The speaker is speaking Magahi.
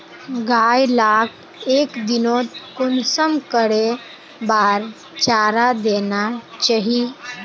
गाय लाक एक दिनोत कुंसम करे बार चारा देना चही?